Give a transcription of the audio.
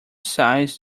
size